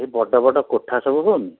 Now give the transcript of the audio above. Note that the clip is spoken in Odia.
ଏ ବଡ଼ ବଡ଼ କୋଠା ସବୁ ହେଉନି